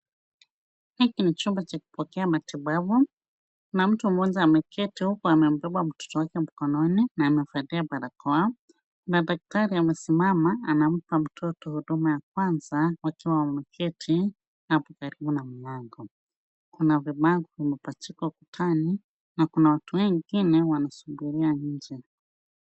Hiki ni chumba cha kupokea matibabu na mtu mmoja ameketi huku amembeba mtoto wake mkononi na amevalia barakoa na daktari amesimama anampa mtoto huduma ya kwanza wakiwa wameketi hapo karibu na mlango. Kuna virago vimepachikwa ukutani na kuna watu wengine wanasubiria nje.